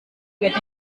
wird